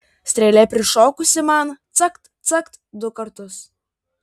strėlė prišokusi man cakt cakt du kartus